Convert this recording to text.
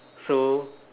so